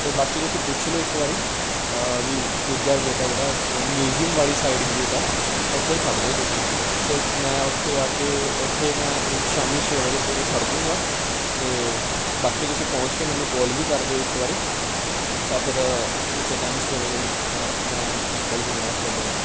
ਅਤੇ ਬਾਕੀ ਤੁਸੀਂ ਪੁੱਛ ਲਿਓ ਇੱਕ ਵਾਰੀ ਵੀ ਦੂਜਾ ਗੇਟ ਆ ਜਿਹੜਾ ਮਿਊਜ਼ੀਅਮ ਵਾਲੀ ਸਾਈਡ ਗੇਟ ਆ ਉੱਥੇ ਖੜ੍ਹ ਜਾਇਓ ਤੁਸੀਂ ਅਤੇ ਮੈਂ ਉੱਥੇ ਆ ਕੇ ਉੱਥੇ ਮੈਂ ਸ਼ਾਮ ਛੇ ਵਜੇ ਪੂਰੇ ਖੜ੍ਹ ਜੂੰਗਾ ਅਤੇ ਬਾਕੀ ਤੁਸੀਂ ਪਹੁੰਚ ਕੇ ਮੈਨੂੰ ਕਾਲ ਵੀ ਕਰ ਦਿਓ ਇੱਕ ਵਾਰੀ ਤਾਂ ਫਿਰ ਉਸੇ ਟਾਈਮ ਛੇ ਵਜੇ ਮੈ ਮੈਂ ਨਿਕਲ ਜੂੰਗਾ ਤੁਹਾਡੇ ਨਾਲ